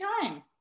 time